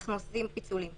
אנחנו עושים פיצולים.